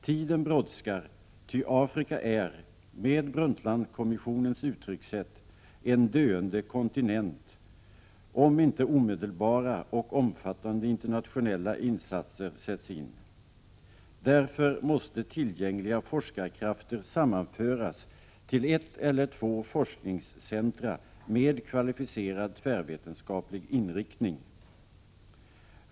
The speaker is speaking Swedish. Tiden brådskar ty Afrika är, med Brundtland-kommissionens uttryckssätt, en döende kontinent om inte omedelbara och omfattande internationella insatser görs. Därför måste tillgängliga forskarkrafter sammanföras till ett eller två forskningscentra med kvalificerad tvärvetenskaplig inriktning.